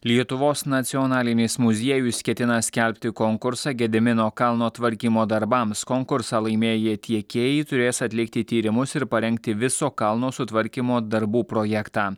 lietuvos nacionalinis muziejus ketina skelbti konkursą gedimino kalno tvarkymo darbams konkursą laimėję tiekėjai turės atlikti tyrimus ir parengti viso kalno sutvarkymo darbų projektą